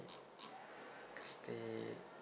cause the